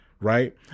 Right